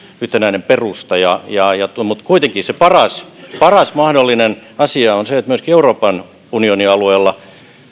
yhtenäinen perusta mutta kuitenkin se paras paras mahdollinen asia on se että myöskin euroopan unionin alueella